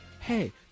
hey